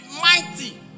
mighty